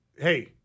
hey